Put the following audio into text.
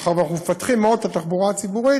מאחר שאנחנו מפתחים מאוד את התחבורה הציבורית,